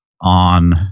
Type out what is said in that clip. on